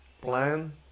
plan